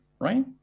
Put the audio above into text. right